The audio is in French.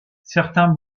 certains